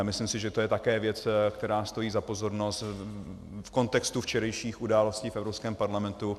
Myslím si, že to je také věc, která stojí za pozornost v kontextu včerejších událostí v Evropském parlamentu.